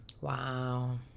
Wow